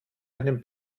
einen